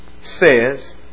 says